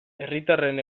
herritarren